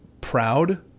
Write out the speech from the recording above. proud